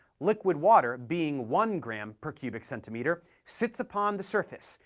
liquid water, being one gram per cubic centimeter, sits upon the surface,